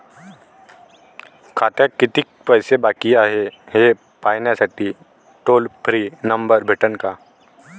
खात्यात कितीकं पैसे बाकी हाय, हे पाहासाठी टोल फ्री नंबर भेटन का?